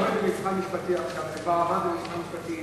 זה כבר עמד במבחן משפטי,